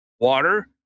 water